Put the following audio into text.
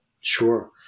Sure